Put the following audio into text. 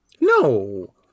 No